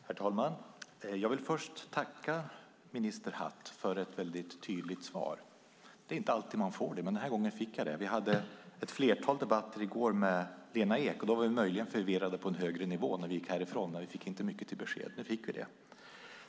Herr talman! Jag vill först tacka minister Hatt för ett väldigt tydligt svar. Det är inte alltid man får det, men den här gången fick jag det. Vi hade ett flertal debatter i går med Lena Ek, och då var vi möjligen förvirrade på en högre nivå när vi gick härifrån. Vi fick inte mycket till besked. Nu fick vi det.